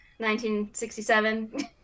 1967